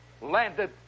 landed